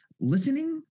Listening